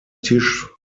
tisch